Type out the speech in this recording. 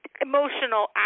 emotional